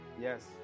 Yes